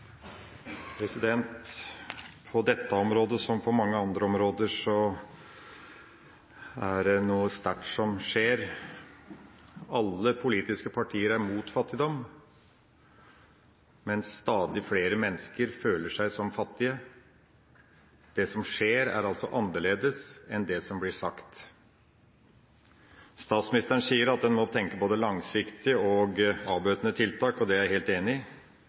det noe sterkt som skjer. Alle politiske partier er mot fattigdom, men stadig flere mennesker føler seg som fattige. Det som skjer, er altså annerledes enn det som blir sagt. Statsministeren sier at en må tenke både langsiktig og på avbøtende tiltak, og det er jeg helt enig i.